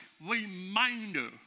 reminder